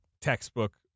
textbook